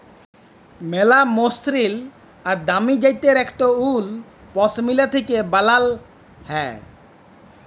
ম্যালা মসরিল আর দামি জ্যাত্যের ইকট উল পশমিলা থ্যাকে বালাল হ্যয়